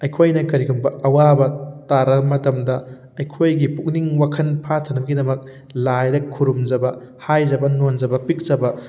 ꯑꯩꯈꯣꯏꯅ ꯀꯔꯤꯒꯨꯝꯕ ꯑꯋꯥꯕ ꯇꯥꯔꯕ ꯃꯇꯝꯗ ꯑꯩꯈꯣꯏꯒꯤ ꯄꯨꯛꯅꯤꯡ ꯋꯥꯈꯜ ꯐꯥꯊꯅꯕꯒꯤꯗꯃꯛ ꯂꯥꯏꯗ ꯈꯨꯔꯨꯝꯖꯕ ꯍꯥꯏꯖꯕ ꯅꯣꯟꯖꯕ ꯄꯤꯛꯆꯥꯕ